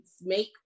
make